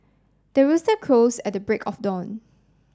the rooster crows at the break of dawn